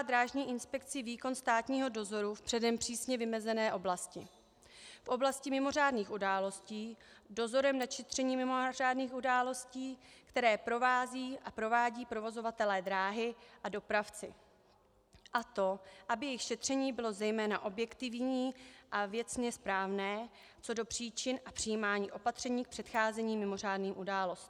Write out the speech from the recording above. Drážní inspekci výkon státního dozoru v předem přísně vymezené oblasti, v oblasti mimořádných událostí, dozorem nad šetřením mimořádných událostí, které provádí provozovatelé dráhy a dopravci, a to aby jejich šetření bylo zejména objektivní a věcně správné co do příčin a přijímání opatření k předcházení mimořádným událostem.